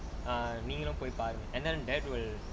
நீங்களும் போய் பாருங்க:neengalum poi paarunga and then that will